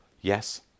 Yes